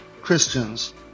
christians